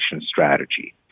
strategy